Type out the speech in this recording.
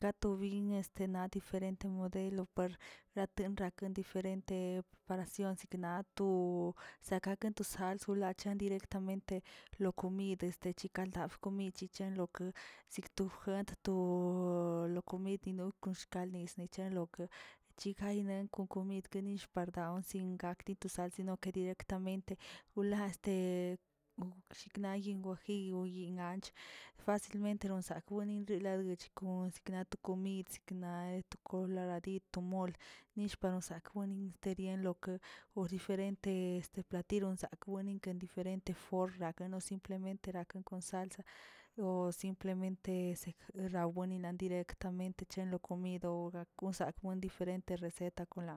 ka to byin na diferente modelo puer kate nake diferente este cansion siknak wo sakaken to sals achen directamente lo komid este che kaldate ni chechenlokeꞌ sikꞌto gente to o lo komidi no kon shkaldi nichen loke, chigay nake komid par daw ngake to sals sino ke directamente wla este shiknayi wajiy wo yinꞌ nanch, fácilmente non saknuri ladkoch kons naꞌ to kmidsə naꞌ to koloradito mol' nish nonsakera miteriloke wo diferente este platiyo sak, buen kon diferente form nano simplemente kirakos kon sals' wo simplemente rabueni na directamente che komid o wsaken kon diferente receta konla.